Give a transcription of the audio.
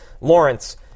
Lawrence